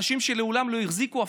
אנשים שמעולם לא החזיקו נשק,